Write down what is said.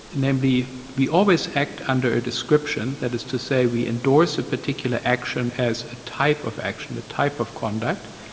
namely, we always act under a description, that is to say, we endorse a particular action as a type of action, a type of conduct,